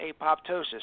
apoptosis